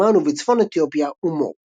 שבתימן ובצפון אתיופיה, ומור.